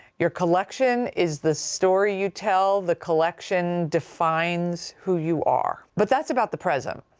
your collection is the story you tell, the collection defines who you are. but that's about the present.